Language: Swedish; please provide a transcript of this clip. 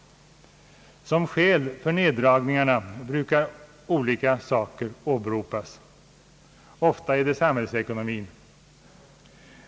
Som skäl för neddragningarna brukar olika saker åberopas. Ofta är det samhällsekonomin.